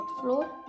floor